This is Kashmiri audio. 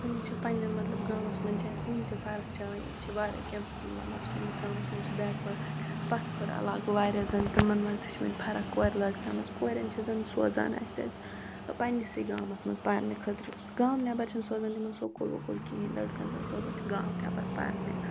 وٕنۍ تہِ چھِ پَننٮ۪ن مطلب گامس منٛز چھِ اَسہِ وٕنہِ تہِ فرق چَلان ییٚتہِ چھِ واریاہ کیٚنٛہہ مطلب سٲنِس گامس منٛز چھِ بیکوٲڑ پَتھ کھۄرِ علاقہٕ واریاہ زَن تِمَن منٛز تہِ چھِ وۄنۍ فرق کورِ لٔڑکَن منٛز کورٮ۪ن چھِ زَن سوزان اَسہِ حظ پَننِسٕے گامس منٛز پرنہِ خٲطرٕ گامہٕ نٮ۪بر چھِ نہٕ سوران تِمن سکول ووکول کِہیٖنۍ لٔڑکن زن سوزان چھِ گامہٕ نٮ۪بر پَرنہِ